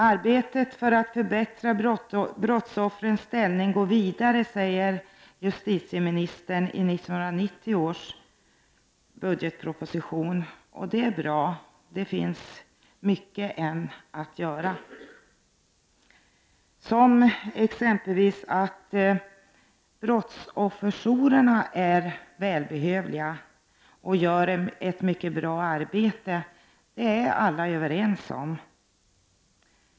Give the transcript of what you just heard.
Arbetet för att förbättra brottsoffrens ställning går vidare, säger justitieministern i 1990 års budgetproposition, och det är bra. Men det finns fortfarande mycket att göra. Att t.ex. brottsofferjourerna är välbehövliga och gör ett mycket bra arbete är alla överens om.